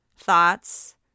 Thoughts